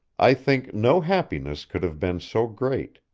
i think no happiness could have been so great.